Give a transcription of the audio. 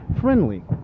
friendly